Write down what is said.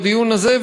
בדיון הזה,